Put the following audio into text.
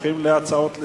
הופכות להצעות לסדר-היום.